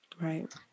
Right